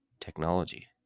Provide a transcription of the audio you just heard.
technology